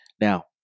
Now